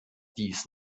dies